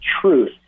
truth